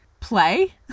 play